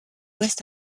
ouest